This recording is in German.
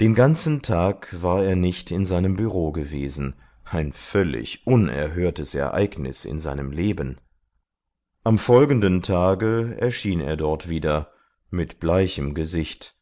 den ganzen tag war er nicht in seinem büro gewesen ein völlig unerhörtes ereignis in seinem leben am folgenden tage erschien er dort wieder mit bleichem gesicht